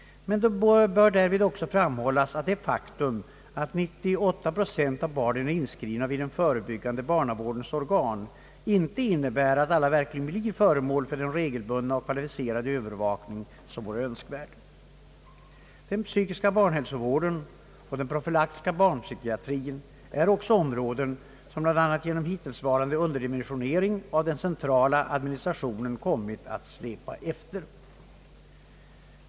Men det bör också därvid framhållas att det faktum att 98 procent av barnen är inskrivna vid den förebyggande barnavårdens organ inte innebär att alla verkligen blir föremål för den regelbundna och kvalificerade övervakning som vore önskvärd. Den psykiska barnhälsovården och den profylaktiska barnpsykiatrin är också områden, som genom den hittillsvarande underdimensioneringen av den centrala administrationen kommit att släpa efter.